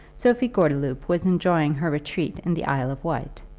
sophie gordeloup was enjoying her retreat in the isle of wight.